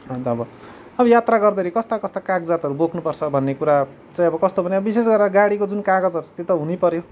अन्त अब यात्रा गर्दाखेरि कस्ता कस्ता कागजातहरू बोक्नुपर्छ भन्ने कुरा चाहिँ अब कस्तो भने विशेष गरेर गाडीको जुन कागजहरू छ त्यो त हुनैपऱ्यो